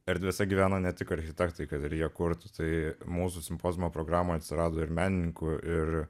erdvėse gyveno ne tik architektai kad ir jie kurtųsi tai mūsų simpoziumo programa atsirado ir menininkų ir